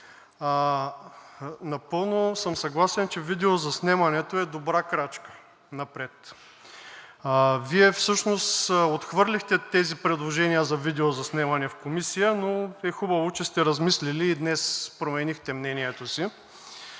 напълно съм съгласен, че видеозаснемането е добра крачка напред. Вие всъщност отхвърлихте тези предложения за видеозаснемане в Комисията, но е хубаво, че сте размислили и днес променихте мнението си.